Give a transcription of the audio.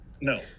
no